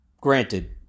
granted